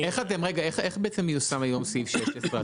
רגע, איך בעצם מיושם היום סעיף 16?